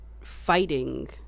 fighting